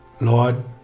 Lord